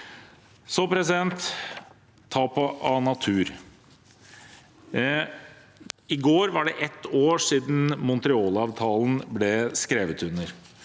Så til tapet av natur. I går var det ett år siden Montrealavtalen ble skrevet under.